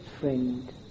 friend